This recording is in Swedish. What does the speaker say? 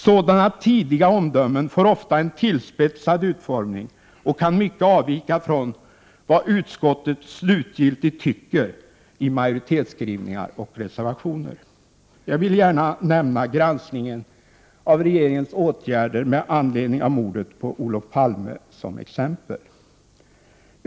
Sådana tidiga omdömen får ofta en tillspetsad utformning och kan mycket avvika från vad utskottet slutgiltigt tycker i majoritetsskrivningar och reservationer. Jag vill gärna nämna granskningen av regeringens åtgärder med anledning av mordet på Olof Palme som exempel.